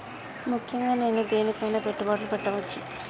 ముఖ్యంగా నేను దేని పైనా పెట్టుబడులు పెట్టవచ్చు?